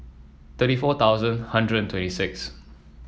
thirty four thousand hundred and twenty six